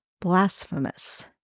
blasphemous